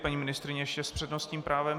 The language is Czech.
Paní ministryně ještě s přednostním právem.